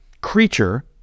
creature